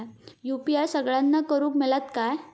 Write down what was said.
UPI सगळ्यांना करुक मेलता काय?